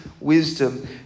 wisdom